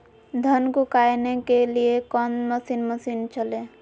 धन को कायने के लिए कौन मसीन मशीन चले?